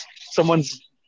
Someone's